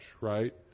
right